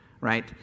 right